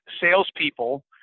salespeople